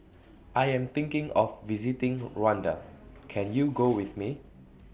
I Am thinking of visiting Rwanda Can YOU Go with Me